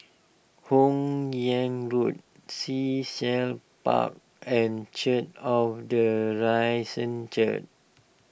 Hun Yeang Road Sea Shell Park and cheer of the Risen cheer